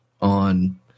on